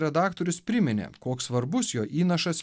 redaktorius priminė koks svarbus jo įnašas